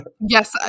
Yes